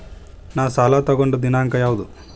ನಾ ಸಾಲ ತಗೊಂಡು ದಿನಾಂಕ ಯಾವುದು?